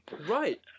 Right